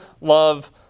love